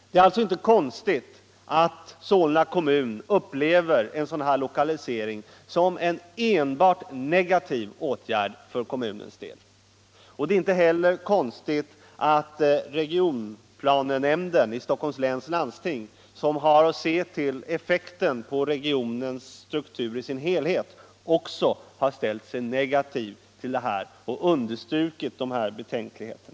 Det är sålunda inte konstigt att Solna kommun upplever en sådan — Nr 71 här lokalisering som en enbart negativ åtgärd för kommunens del. Det är inte heller konstigt att regionplanenämnden i Stockholms läns landsting, som har att se till effekten på regionens struktur i dess helhet, = också har ställt sig negativ till projektet och understrukit framförda be — Om lokalisering av tänkligheter.